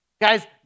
Guys